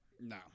No